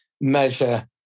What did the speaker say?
measure